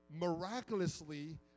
miraculously